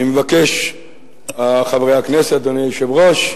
אני מבקש, חברי הכנסת, אדוני היושב-ראש,